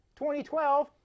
2012